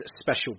special